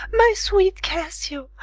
my sweet cassio!